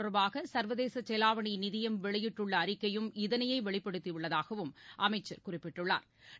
தொடர்பாகசர்வதேசசெலாவணிநிதியம் வெளியிட்டுள்ளஅறிக்கையும் பொருளாதாரம் இதனையேவெளிப்படுத்தியுள்ளதாகவும் அமைச்சா் குறிப்பிட்டுள்ளாா்